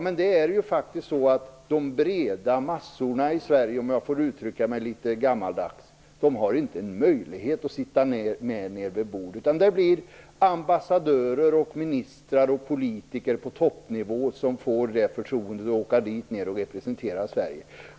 Men de breda massorna i Sverige, om jag får uttrycka mig litet gammaldags, har inte någon möjlighet att sitta med vid borden. Det blir ambassadörer, ministrar och politiker på toppnivå som får förtroendet att åka dit ner och representera Sverige.